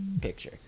picture